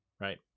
right